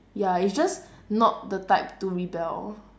ya it's just not the type to rebel